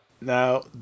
Now